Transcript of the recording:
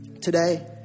Today